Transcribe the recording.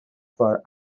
for